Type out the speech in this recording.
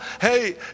hey